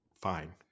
fine